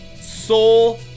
Soul